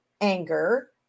anger